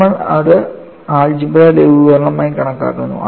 നമ്മൾ ഇത് ആൾജിബ്ര ലഘൂകരണമായി കണക്കാക്കുന്നു